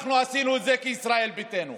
אנחנו עשינו את זה כישראל ביתנו.